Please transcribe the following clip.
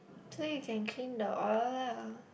so you can clean the oil lah